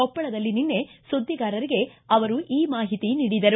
ಕೊಪ್ಪಳದಲ್ಲಿ ನಿನ್ನೆ ಸುದ್ವಿಗಾರರಿಗೆ ಅವರು ಈ ಮಾಹಿತಿ ನೀಡಿದರು